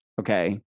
okay